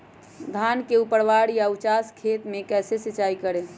धान के ऊपरवार या उचास खेत मे कैसे सिंचाई करें?